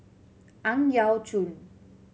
Ang Yau Choon